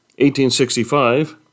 1865